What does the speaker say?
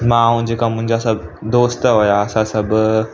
माण्हू जेका मुंहिंजा सभु दोस्त हुआ असां सभु